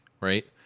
right